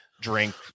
drink